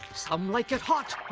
um like it hot.